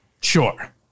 Sure